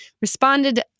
responded